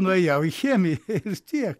nuėjau į chemiją ir tiek